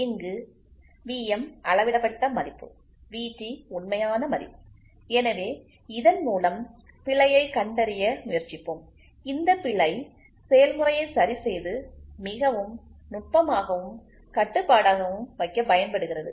இங்கு V m அளவிடப்பட்ட மதிப்பு Vt உண்மையான மதிப்பு எனவே இதன் மூலம் பிழையைக் கண்டறிய முயற்சிப்போம் இந்த பிழை செயல்முறையை சரிசெய்து மிகவும் நுட்பமாகவும் கட்டுப்பாடாகவும் வைக்க பயன்படுகிறது